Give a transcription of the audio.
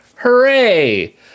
hooray